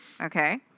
Okay